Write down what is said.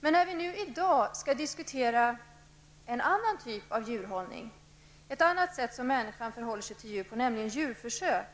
Men när vi i dag skall diskutera en annan typ av djurhållning, ett annat sätt på vilket människan förhåller sig till djur -- det handlar då om djurförsök